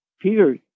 Peter